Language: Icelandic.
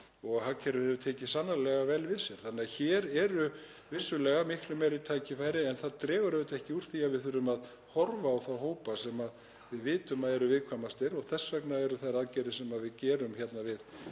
og hagkerfið hefur tekið sannarlega vel við sér. Þannig að hér eru vissulega miklu meiri tækifæri. En það dregur auðvitað ekki úr því að við þurfum að horfa á þá hópa sem við vitum að eru viðkvæmastir. Þess vegna eru þær aðgerðir sem við förum í í